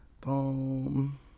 Boom